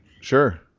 Sure